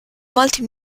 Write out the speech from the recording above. multi